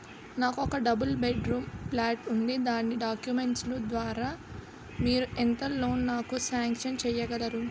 నాకు ఒక double bedroom plot ఉంది దాని డాక్యుమెంట్స్ లు ద్వారా మీరు ఎంత లోన్ నాకు సాంక్షన్ చేయగలరు?